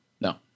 No